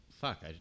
fuck